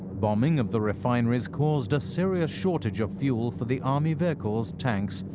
bombing of the refineries caused a serious shortage of fuel for the army vehicles, tanks,